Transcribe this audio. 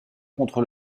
contre